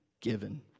given